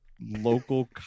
local